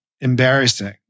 embarrassing